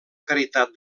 caritat